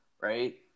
right